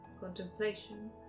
contemplation